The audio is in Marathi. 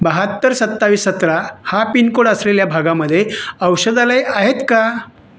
बाहत्तर सत्तावीस सतरा हा पिनकोड असलेल्या भागामध्ये औषधालयं आहेत का